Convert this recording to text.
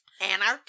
Anarchy